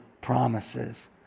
promises